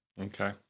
Okay